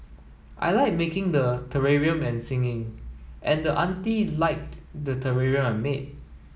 I like making the terrarium singing and the auntie liked the terrarium I made